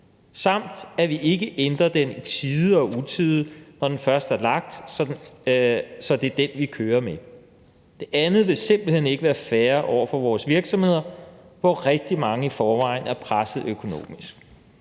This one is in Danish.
samt at vi ikke ændrer den i tide og utide, når den først er lagt – så det er den, vi kører med. Det andet vil simpelt hen ikke være fair over for vores virksomheder, hvor rigtig mange i forvejen er presset økonomisk.